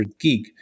gig